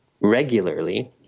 regularly